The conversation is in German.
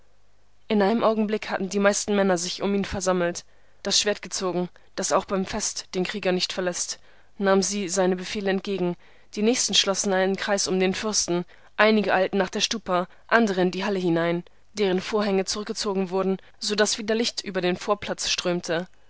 in einem augenblick hatten die meisten männer sich um ihn versammelt das schwert gezogen das auch beim fest den krieger nicht verläßt nahmen sie seine befehle entgegen die nächsten schlossen einen kreis um den fürsten einige eilten nach der stupa andere in die halle hinein deren vorhänge zurückgezogen wurden so daß wieder licht über den vorplatz strömte